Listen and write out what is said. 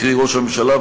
קרי ראש הממשלה,